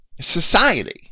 society